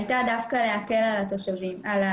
הייתה דווקא להקל על העסקים.